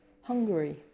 Hungary